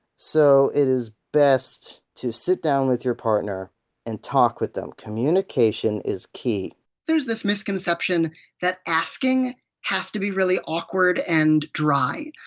so it is best to sit down with your partner and talk with them. communication is key there's this misconception that asking has to be really awkward and dry!